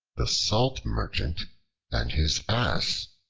the salt merchant and his ass